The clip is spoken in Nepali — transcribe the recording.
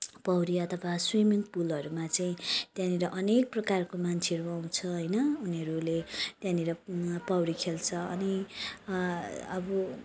पौडी अथवा स्विमिङ पुलहरूमा चाहिँ त्यहाँनिर अनेक प्रकारको मान्छेहरू आउँछ होइन उनीहरूले त्यहाँनिर पौडी खोल्छ अनि अब